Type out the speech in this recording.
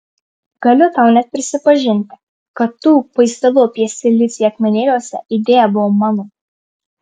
galiu tau net prisipažinti kad tų paistalų apie silicį akmenėliuose idėja buvo mano